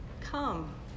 come